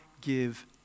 give